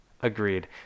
Agreed